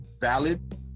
valid